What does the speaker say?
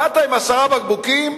באת עם עשרה בקבוקים,